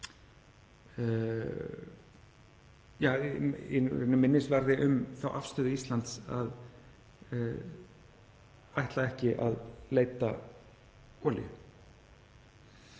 ákveðinn minnisvarði um þá afstöðu Íslands að ætla ekki að leita olíu.